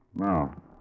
No